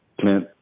Clint